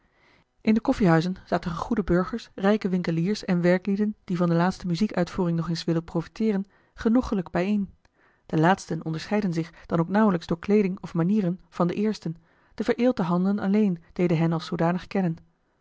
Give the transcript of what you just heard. in de koffiehuizen zaten gegoede burgers rijke winkeliers en werklieden die van de laatste muziekuitvoering nog eens wilden profiteeren genoegelijk bijeen de laatsten onderscheidden zich dan ook nauwlijks door kleeding of manieren van de eersten de vereelte handen alleen deden hen als zoodanig kennen